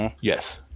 Yes